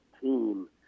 team